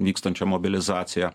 vykstančią mobilizaciją